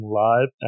live